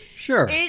Sure